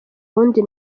wundi